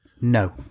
No